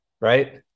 right